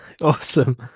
Awesome